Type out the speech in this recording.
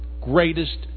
greatest